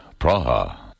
Praha